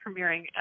premiering